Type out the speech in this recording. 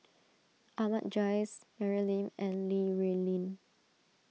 Ahmad Jais Mary Lim and Li Rulin